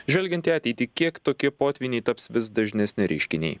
žvelgiant į ateitį kiek tokie potvyniai taps vis dažnesni reiškiniai